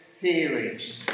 theories